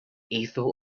ethel